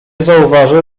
zauważył